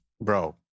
bro